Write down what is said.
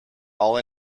all